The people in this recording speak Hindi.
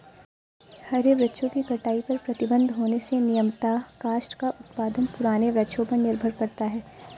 हरे वृक्षों की कटाई पर प्रतिबन्ध होने से नियमतः काष्ठ का उत्पादन पुराने वृक्षों पर निर्भर करता है